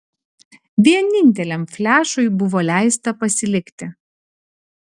vieninteliam flešui buvo leista pasilikti